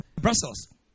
Brussels